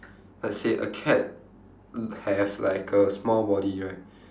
let's say a cat l~ have like a small body right